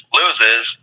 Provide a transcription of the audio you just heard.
loses